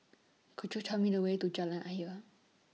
Could YOU Tell Me The Way to Jalan Ayer